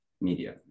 media